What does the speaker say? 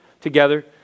together